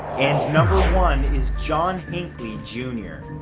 and number one is john hinckley jr.